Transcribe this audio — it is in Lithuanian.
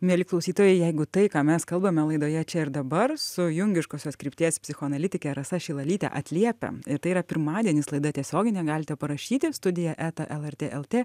mieli klausytojai jeigu tai ką mes kalbame laidoje čia ir dabar su jungiškosios krypties psichoanalitike rasa šilalyte atliepiam ir tai yra pirmadienis laida tiesioginė galite parašyti studija eta lrt lt